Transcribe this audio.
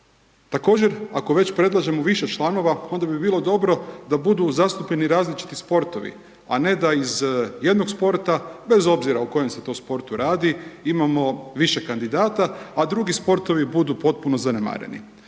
Također, ako već predlažemo više članova, onda bi bilo dobro da budu zastupljeni različiti sportovi, a ne da iz jednog sporta bez obzira o kojem se to sportu radi, imamo više kandidata, a drugi sportovi budu potpuno zanemareni.